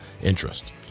interest